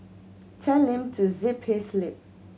tell him to zip his lip